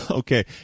Okay